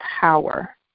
power